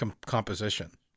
composition